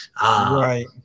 Right